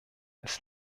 als